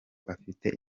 afitanye